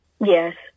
Yes